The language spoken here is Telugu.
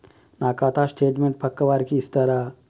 నా ఖాతా స్టేట్మెంట్ పక్కా వారికి ఇస్తరా?